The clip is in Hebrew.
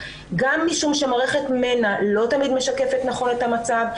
גם משום שמערכת מנע לא תמיד משקפת נכון את המצב,